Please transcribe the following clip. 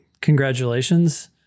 Congratulations